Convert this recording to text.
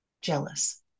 Jealous